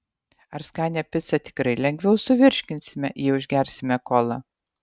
ar skanią picą tikrai lengviau suvirškinsime jei užsigersime kola